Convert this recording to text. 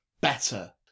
better